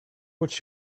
what